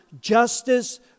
justice